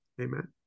amen